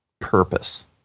purpose